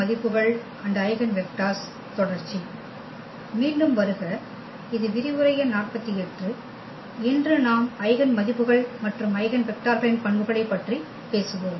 மீண்டும் வருக இது விரிவுரை எண் 48 இன்று நாம் ஐகென் மதிப்புகள் மற்றும் ஐகென் வெக்டர்களின் பண்புகளைப் பற்றி பேசுவோம்